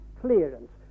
clearance